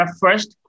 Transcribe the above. first